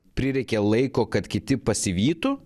prireikė laiko kad kiti pasivytų